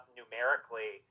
numerically –